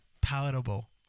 palatable